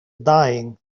dying